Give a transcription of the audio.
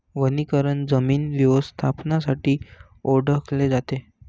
वनीकरण जमीन व्यवस्थापनासाठी ओळखले जाते